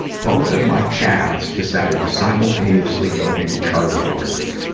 both of my calves decided to simultaneously go into charlie horses.